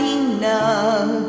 enough